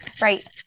Right